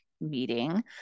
meeting